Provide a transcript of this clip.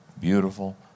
beautiful